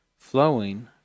Flowing